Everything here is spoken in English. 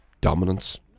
dominance